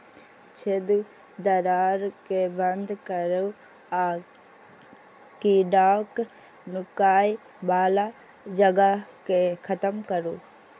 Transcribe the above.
छेद, दरार कें बंद करू आ कीड़ाक नुकाय बला जगह कें खत्म करू